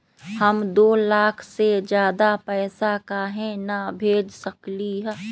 हम दो लाख से ज्यादा पैसा काहे न भेज सकली ह?